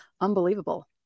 unbelievable